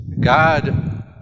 God